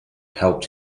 helped